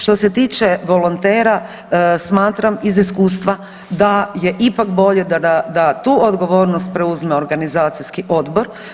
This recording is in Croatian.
Što se tiče volontera, smatram iz iskustva da je ipak bolje da tu odgovornost preuzme organizacijski odbor.